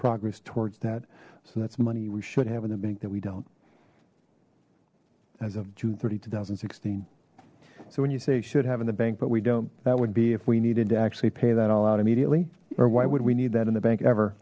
progress towards that so that's money we should have in the bank that we don't as of june thirty two thousand and sixteen so when you say should have in the bank but we don't that would be if we needed to actually pay that all out immediately or why would we need that in the bank ever